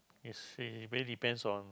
it's uh really depends on